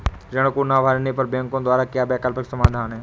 ऋण को ना भरने पर बैंकों द्वारा क्या वैकल्पिक समाधान हैं?